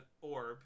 orb